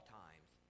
times